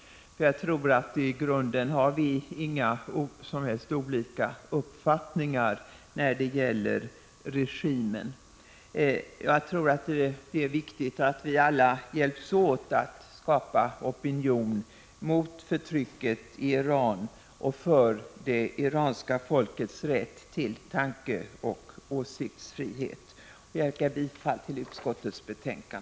Jag tror att i grunden har vi inte alls skilda uppfattningar då det gäller regimen i Iran. Det är viktigt att vi alla hjälps åt att skapa opinion mot förtrycket i Iran och för det iranska folkets rätt till tankeoch åsiktsfrihet. Jag yrkar bifall till utskottets hemställan.